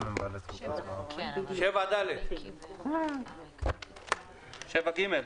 7(ד) או 7(ג),